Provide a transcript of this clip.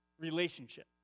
relationship